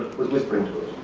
was whispering to it.